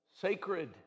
sacred